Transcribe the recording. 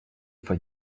for